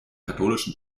katholischen